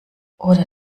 oder